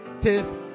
tis